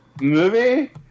movie